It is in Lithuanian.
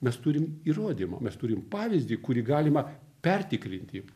mes turim įrodymą mes turim pavyzdį kurį galima pertikrinti